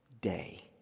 day